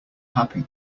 happy